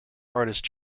artist